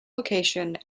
location